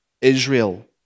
Israel